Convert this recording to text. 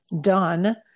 done